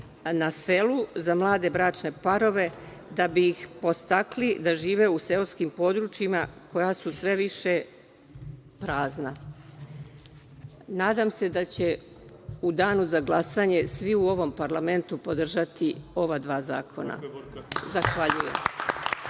na selu za mlade bračne parove, da bi ih podstakli da žive u seoskim područjima koji su sve više prazna. Nadam se da će u danu za glasanje svi u ovom parlamentu podržati ova dva zakona. Zahvaljujem.